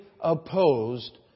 opposed